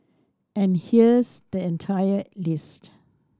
and here's the entire list